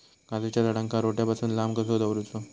काजूच्या झाडांका रोट्या पासून लांब कसो दवरूचो?